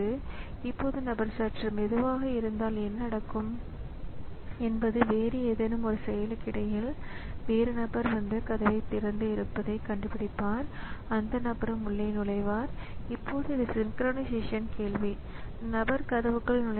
எனவே அந்த வகையில் நான் ஒரு குறிப்பிட்ட வகை டிவைஸ் கண்ட்ரோலரை கொண்டிருக்க முடியும் மேலும் ஒவ்வொரு டிவைஸ் கண்ட்ரோலருக்கும் ஒரு பஃபர் இருக்கும் இதனால் கணினி அமைப்பு மற்றும் டிவைஸ் டிரைவ் அல்லது டிவைஸ் கண்ட்ரோலர்களுக்கு இடையே பரிமாற்றம் நடக்கும்